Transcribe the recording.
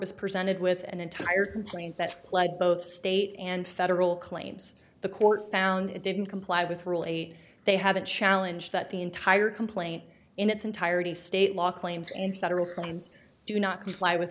was presented with an entire complaint that plug both state and federal claims the court found it didn't comply with really they have a challenge that the entire complaint in its entirety state law claims and federal claims do not comply with